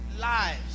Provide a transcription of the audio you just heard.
lives